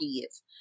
kids